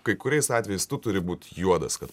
kai kuriais atvejais tu turi būt juodas kad